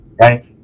right